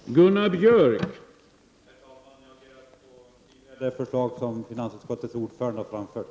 Herr talman! Jag ber att få biträda det förslag som finansutskottets ordförande har framfört.